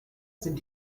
sind